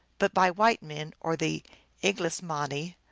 but by white men, or the iglesmani,